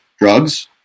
drugs